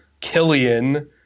Killian